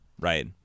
right